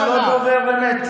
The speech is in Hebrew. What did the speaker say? אל תגיד, אתה לא דובר אמת.